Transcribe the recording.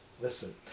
listen